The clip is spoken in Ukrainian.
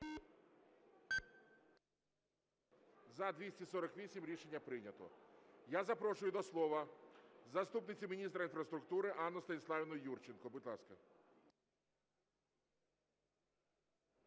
За-248 Рішення прийнято. Я запрошую до слова заступницю міністра інфраструктури Анну Станіславівну Юрченко. Будь ласка.